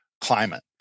climate